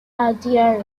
adair